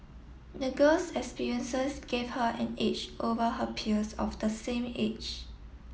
the girl's experiences gave her an age over her peers of the same age